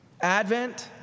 Advent